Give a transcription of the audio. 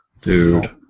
Dude